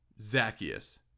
Zacchaeus